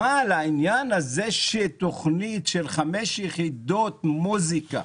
העניין הזה שתכנית של 5 יחידות מוזיקה